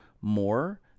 more